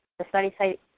the study site,